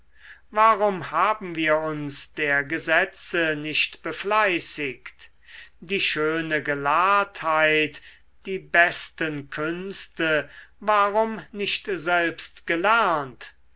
warum haben wir uns der gesetze nicht befleißigt die schöne gelahrtheit die besten künste warum nicht selbst gelernt